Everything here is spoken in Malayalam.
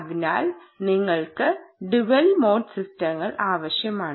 അതിനാൽ നിങ്ങൾക്ക് ഡുവൽ മോഡ് സിസ്റ്റങ്ങൾ ആവശ്യമാണ്